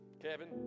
Kevin